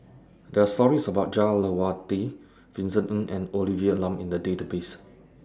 There Are stories about Jah Lelawati Vincent Ng and Olivia Lum in The Database